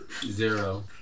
Zero